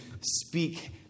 speak